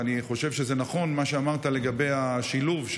ואני חושב שזה נכון מה שאמרת לגבי השילוב,